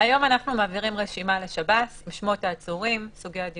המעביר קול בלבד ומספר האסירים והעצורים שהובאו